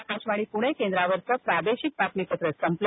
आकाशवाणी पुणे केंद्रावरचं प्रादेशिक बातमीपत्र संपलं